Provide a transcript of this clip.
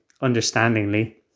understandingly